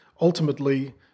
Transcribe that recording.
Ultimately